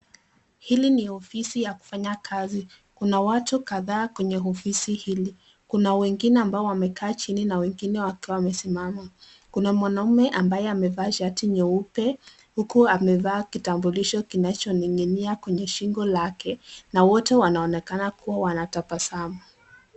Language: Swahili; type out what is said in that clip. Hili ni ofisi ya kufanya kazi kuna watu kadhaa kwenye ofisi hili kuna wengine ambao wamekaa chini na wengine wakiwa wamesimama. Kuna mwanaume ambaye amevaa shati nyeupe huku amevaa kitambulisho kinacho ning'inia kwenye shingo lake na wote wanaonekana kuwa wanatabasamu.